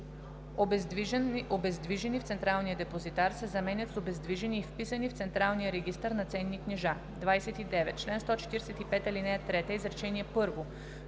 „обездвижени в Централния депозитар“ се заменят с „обездвижени и вписани в централния регистър на ценни книжа“. 29. В чл. 145, ал. 3, изречение